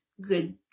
good